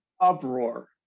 uproar